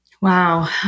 Wow